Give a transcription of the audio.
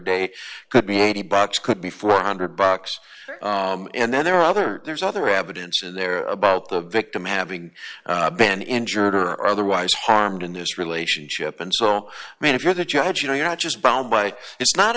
it could be eighty dollars could be four hundred bucks and then there are other there's other evidence in there about the victim having been injured or otherwise harmed in this relationship and so i mean if you're the judge you know you're not just bound by it's not